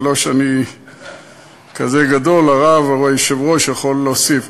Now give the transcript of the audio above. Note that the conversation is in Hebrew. לא שאני כזה גדול, הרב או היושב-ראש יכול להוסיף.